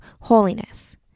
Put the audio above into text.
holiness